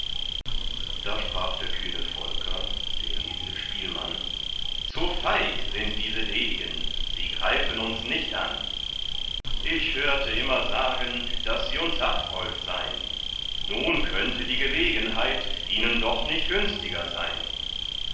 da sprach der kühne volker der edle spielmann zu feig sind diese degen sie greifen uns nicht an ich hörte immer sagen daß sie uns abhold sein nun könnte die gelegenheit ihnen doch nicht günstger sein